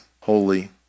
holy